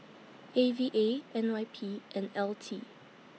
A V A N Y P and L T